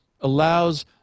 allows